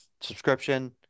subscription